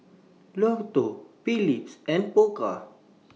Lotto Phillips and Pokka